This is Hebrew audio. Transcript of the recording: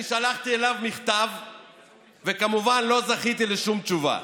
אני שלחתי אליו מכתב וכמובן לא זכיתי לשום תשובה.